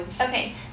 Okay